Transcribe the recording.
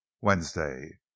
Wednesday